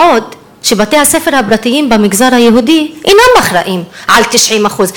בעוד בתי-הספר הפרטיים במגזר היהודי אינם אחראים ל-90%.